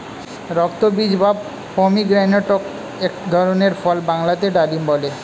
রক্তবীজ বা পমিগ্রেনেটক এক ধরনের ফল বাংলাতে ডালিম বলে